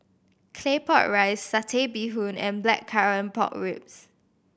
Claypot Rice Satay Bee Hoon and Blackcurrant Pork Ribs